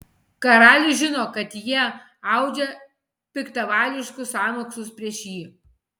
karalius žino kad jie audžia piktavališkus sąmokslus prieš jį